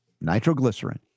nitroglycerin